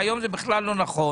שהיום זה בכלל לא נכון,